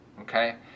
Okay